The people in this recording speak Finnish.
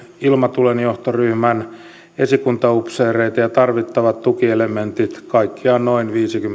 ilmatulenjohtoryhmän esikuntaupseereita ja tarvittavat tukielementit kaikkiaan noin viisikymmentä sotilasta